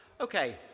Okay